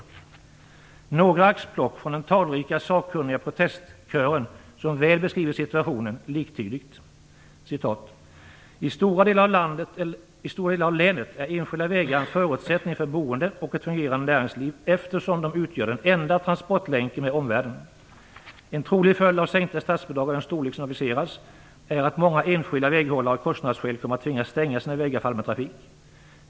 Låt mig redovisa några axplock från den talrika, sakkunniga protestkören, som väl beskriver situationen: "I stora delar av länet är enskilda vägar en förutsättning för boende och ett fungerande näringsliv eftersom de utgör den enda transportlänken med omvärlden." "En trolig följd av sänkta statsbidrag av den storlek som aviseras är att många enskilda väghållare av kostnadsskäl kommer att tvingas stänga sina vägar för allmän trafik."